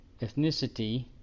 ethnicity